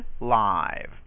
live